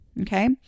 Okay